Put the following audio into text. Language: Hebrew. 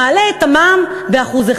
מעלה את המע"מ ב-1%.